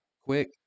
quick